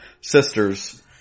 sisters